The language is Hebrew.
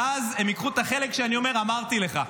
ואז הם ייקחו את החלק שאני אומר "אמרתי לך",